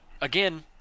again